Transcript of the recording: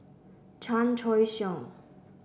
Chan Choy Siong